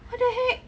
what the heck